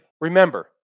Remember